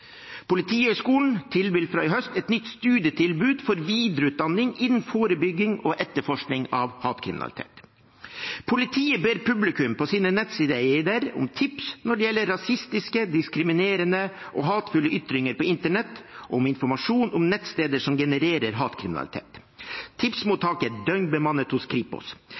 Politihøgskolen tilbyr fra i høst et nytt studium for videreutdanning innen forebygging og etterforskning av hatkriminalitet. Politiet ber publikum på sine nettsider om tips når det gjelder rasistiske, diskriminerende og hatefulle ytringer på internett, og om informasjon om nettsteder som genererer hatkriminalitet. Tipsmottaket er døgnbemannet hos Kripos.